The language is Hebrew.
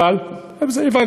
אבל, גם את זה הבנתי.